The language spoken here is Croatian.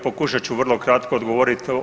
Pokušat ću vrlo kratko odgovorit.